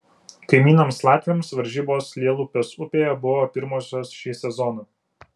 kaimynams latviams varžybos lielupės upėje buvo pirmosios šį sezoną